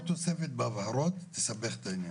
כל תוספת בהבהרות תסבך את הענין.